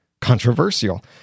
controversial